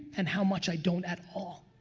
and how much i don't at all.